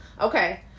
Okay